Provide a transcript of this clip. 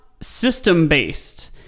system-based